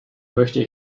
möchte